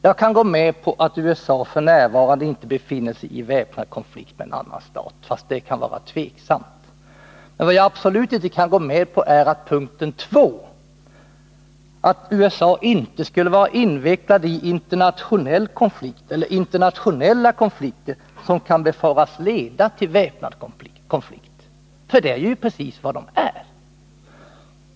Jag kan gå med på att USA f. n. inte befinner sig i väpnad konflikt med annan stat, fast det kan vara tveksamt. Vad jag absolut inte kan gå med på är punkten 2 — att USA inte skulle vara invecklad i internationell konflikt som kan befaras leda till väpnad konflikt. Det är ju precis vad USA är.